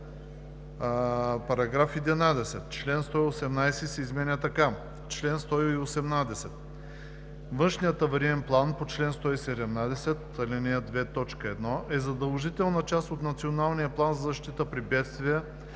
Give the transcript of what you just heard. § 11. Член 118 се изменя така: „Чл. 118. Външният авариен план по чл. 117, ал. 2, т. 1 е задължителна част от Националния план за защита при бедствия,